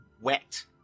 wet